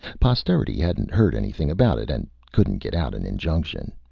posterity hadn't heard anything about it, and couldn't get out an injunction.